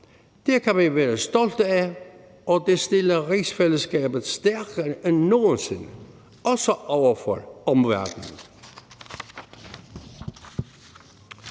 Det kan vi være stolte af, og det stiller rigsfællesskabet stærkere end nogen sinde, også over for omverdenen.